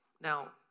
Now